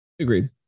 Agreed